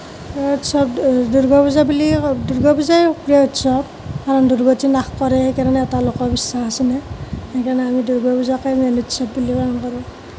প্ৰিয় উৎসৱ দুৰ্গা পূজা বুলিয়েই ক'ম দুৰ্গা পূজা প্ৰিয় উৎসৱ কাৰণ দূৰ্গতি নাশ কৰে সেইকাৰণে এটা লোকবিশ্বাস আছিলে সেইকাৰণে আমি দুৰ্গা পূজাকেই মেইন উৎসৱ বুলি পালন কৰোঁ